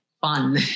fun